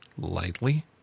Lightly